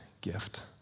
gift